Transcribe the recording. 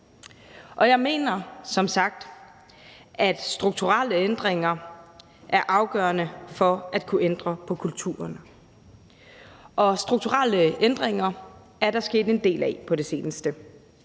som sagt, at strukturelle ændringer er afgørende for at kunne ændre på kulturerne. Og strukturelle ændringer e r der sket en del af på det seneste.